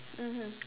mmhmm